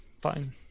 Fine